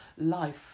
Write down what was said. life